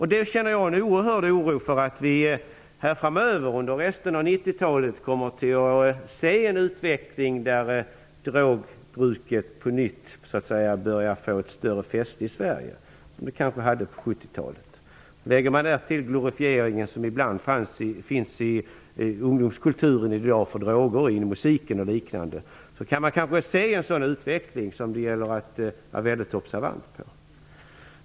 Jag känner en oerhörd oro för att vi framöver, under resten av 90-talet, kommer att kunna se en utveckling där drogmissbruket på nytt börjar få ett starkare fäste i Sverige, kanske som det hade på 70-talet. Lägger man till den glorifiering som ibland finns i ungdomskulturen, inom musiken och liknande, kan man kanske få en sådan utveckling, och det gäller att vara väldigt observant på den.